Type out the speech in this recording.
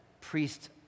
priest